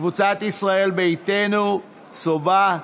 קבוצת סיעת ישראל ביתנו: יבגני סובה,